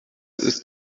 ist